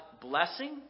blessing